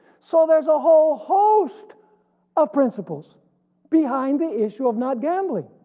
so there's a whole host of principles behind the issue of not gambling.